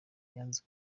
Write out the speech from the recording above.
yanze